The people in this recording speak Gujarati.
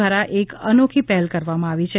દ્વારા એક અનોખી પહેલ કરવામાં આવી છે